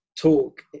talk